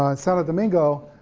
um santo domingo,